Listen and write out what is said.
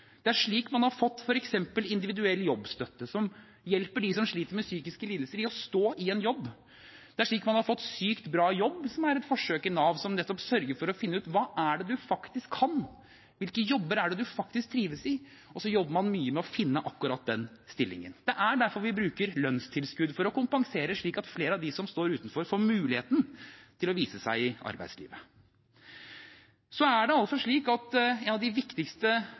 Det er slik man har fått f.eks. individuell jobbstøtte, som hjelper dem som sliter med psykiske lidelser, til å stå i en jobb. Det er slik man har fått #syktbrajobb, som er et forsøk i Nav som nettopp sørger for å finne ut hva det er man faktisk kan, hvilke jobber man faktisk trives i, og så jobber man mye med å finne akkurat den stillingen. Det er derfor vi bruker lønnstilskudd for å kompensere, slik at flere av dem som står utenfor, får muligheten til å vise seg i arbeidslivet. En av de viktigste gruppene vi skal hjelpe til å stå i arbeid, er